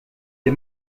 des